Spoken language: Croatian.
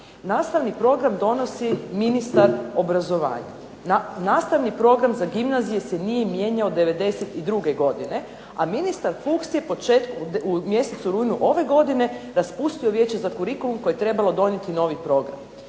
Nastavni program donosi ministar obrazovanja. Nastavni program za gimnazije se nije mijenjao od '92. godine, a ministar Fuchs je u mjesecu rujnu ove godine raspustio Vijeće za kurikulum koje je trebalo donijeti novi program.